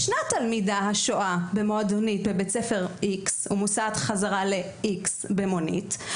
ישנה תלמידה השוהה במועדונית בבית ספר X ומוסעת חזרה ל-X במונית.